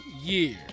year